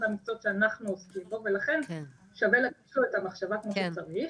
מהמקצועות שאנחנו עוסקים ולכן שווה לתת לו את המחשבה כמו שצריך.